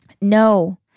No